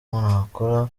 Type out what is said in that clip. nakora